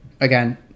Again